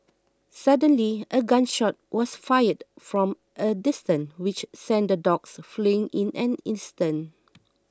suddenly a gun shot was fired from a distance which sent the dogs fleeing in an instant